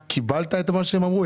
קיבלת את מה שהם אמרו?